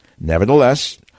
Nevertheless